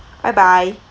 bye bye